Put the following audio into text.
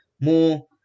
more